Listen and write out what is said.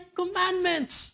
commandments